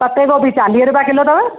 पत्ते गोभी चालीह रुपिया किलो अथव